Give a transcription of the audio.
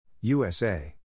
USA